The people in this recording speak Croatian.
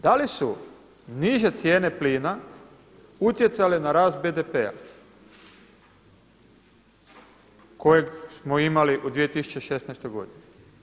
Da li su niže cijene plina utjecale na rast BPD-a kojeg smo imali u 2016. godini?